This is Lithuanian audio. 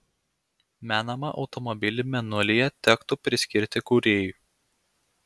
menamą automobilį mėnulyje tektų priskirti kūrėjui